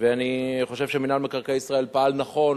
ואני חושב שמינהל מקרקעי ישראל פעל נכון,